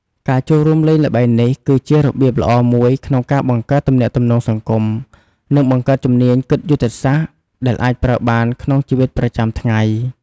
ការចូលរួមលេងល្បែងនេះគឺជារបៀបល្អមួយក្នុងការបង្កើតទំនាក់ទំនងសង្គម និងបង្កើតជំនាញគិតយុទ្ធសាស្ត្រដែលអាចប្រើបានក្នុងជីវិតប្រចាំថ្ងៃ។